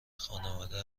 خانواده